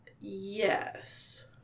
Yes